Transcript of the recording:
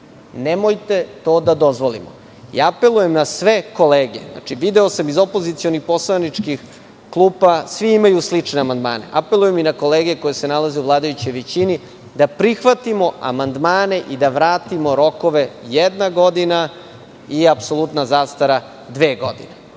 Nemojte to da dozvolimo. Apelujem na sve kolege, znači, video sam, iz opozicionih poslaničkih klupa svi imaju slične amandmane. Apelujem i na kolege koje se nalaze u vladajućoj većini da prihvatimo amandmane i da vratimo rokove – jedna godina i apsolutna zastara - dve godine.Za